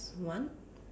one